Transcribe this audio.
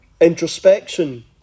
introspection